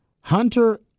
Hunter